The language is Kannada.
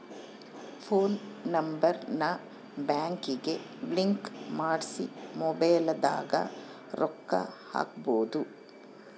ಫೋನ್ ನಂಬರ್ ನ ಬ್ಯಾಂಕಿಗೆ ಲಿಂಕ್ ಮಾಡ್ಸಿ ಮೊಬೈಲದಾಗ ರೊಕ್ಕ ಹಕ್ಬೊದು